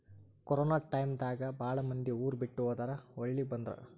corona time ದಾಗ ಬಾಳ ಮಂದಿ ಊರ ಬಿಟ್ಟ ಹೊದಾರ ಹೊಳ್ಳಿ ಬಂದ್ರ